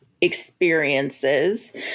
experiences